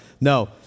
no